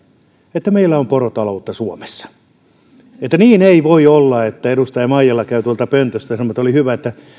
että meillä on porotaloutta suomessa eli niin ei voi olla että edustaja maijala käy tuolta pöntöstä sanomassa että oli hyvä että